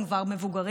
הם כבר מבוגרים,